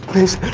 this